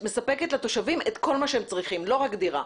שמספקת לתושבים את כל מה שהם צריכים ולא רק דירה.